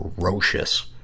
ferocious